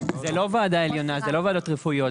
זו לא ועדה עליונה; אלה לא ועדות רפואיות.